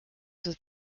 was